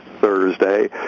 thursday